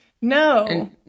No